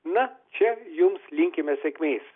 na čia jums linkime sėkmės